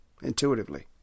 Intuitively